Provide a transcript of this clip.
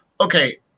Okay